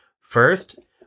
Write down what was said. First